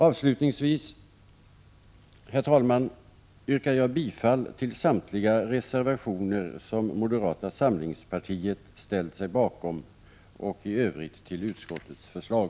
Avslutningsvis, herr talman, yrkar jag bifall till samtliga reservationer som moderata samlingspartiet ställt sig bakom och i övrigt till utskottets förslag.